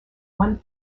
one